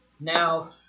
Now